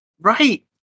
Right